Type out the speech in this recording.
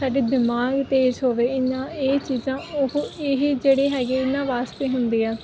ਸਾਡੇ ਦਿਮਾਗ ਤੇਜ਼ ਹੋਵੇ ਇੰਨਾ ਇਹ ਚੀਜ਼ਾਂ ਉਹ ਇਹ ਜਿਹੜੇ ਹੈਗੇ ਇਹਨਾਂ ਵਾਸਤੇ ਹੁੰਦੇ ਆ